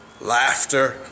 laughter